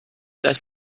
dass